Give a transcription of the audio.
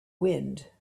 wind